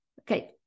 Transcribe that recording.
Okay